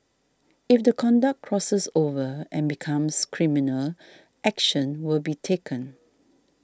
if the conduct crosses over and becomes criminal action will be taken